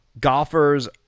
golfers